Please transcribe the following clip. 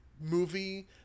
movie